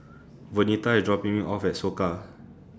Vernita IS dropping Me off At Soka